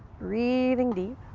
breathing deep.